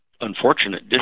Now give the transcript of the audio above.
unfortunate